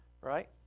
right